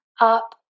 up